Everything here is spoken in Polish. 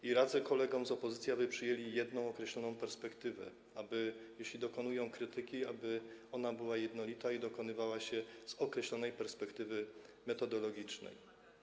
I radzę kolegom z opozycji, aby przyjęli jedną, określoną perspektywę: jeśli dokonują krytyki, powinna ona być jednolita i dokonywana z określonej perspektywy metodologicznej.